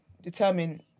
determine